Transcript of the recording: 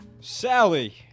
Sally